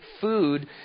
food